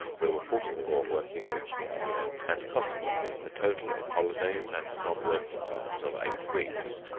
there were forty four working weeks in a year and, consequently, a total of holidays and non-working times of eight weeks.